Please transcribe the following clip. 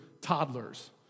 toddlers